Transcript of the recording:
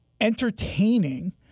entertaining